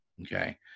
okay